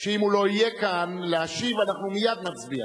ואם הוא לא יהיה כאן להשיב אנחנו מייד נצביע.